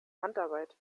handarbeit